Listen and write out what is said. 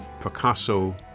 Picasso